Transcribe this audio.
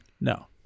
No